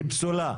היא פסולה.